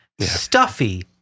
stuffy